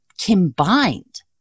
combined